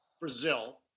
Brazil